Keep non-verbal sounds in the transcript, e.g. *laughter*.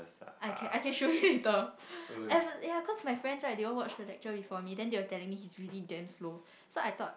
I can I can show you later *laughs* cause my friends right they all watch the lecture before me then they were telling me he is really damn slow so I thought